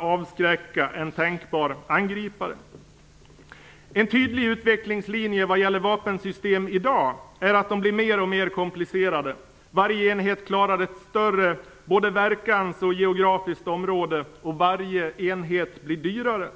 avskräcka en tänkbar angripare. En tydlig utvecklingslinje vad gäller vapensystemen i dag är att de blir mer och mer komplicerade, varje enhet klarar ett större både verkans och geografiskt område och varje enhet blir dyrare.